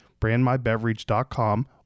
brandmybeverage.com